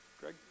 Greg